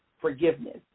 forgiveness